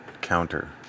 counter